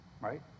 Right